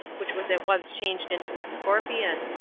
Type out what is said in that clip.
which was at once changed into a scorpion.